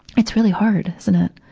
it's really hard, isn't it,